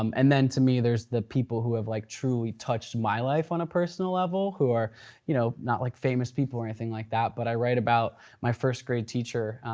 um and then to me there's the people who like truly touched my life on a personal level who are you know not like famous people or anything like that but i write about my first grade teacher,